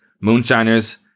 moonshiners